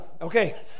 Okay